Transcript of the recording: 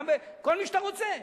כל מי שאתה רוצה.